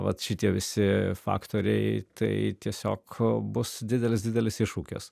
vat šitie visi faktoriai tai tiesiog bus didelis didelis iššūkis